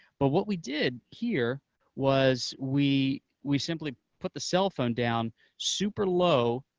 but what we did here was we we simply put the cellphone down super low,